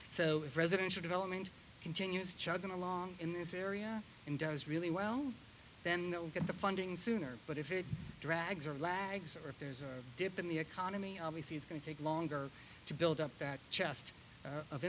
residential development continues chugging along in this area and does really well then they'll get the funding sooner but if it drags or lags or if there's a dip in the economy obviously it's going to take longer to build up that chest of